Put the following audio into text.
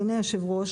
אדוני היושב-ראש,